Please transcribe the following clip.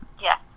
yes